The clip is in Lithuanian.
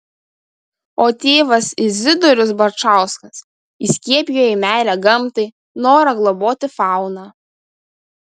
o tėvas izidorius barčauskas įskiepijo jai meilę gamtai norą globoti fauną